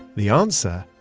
the answer,